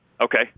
Okay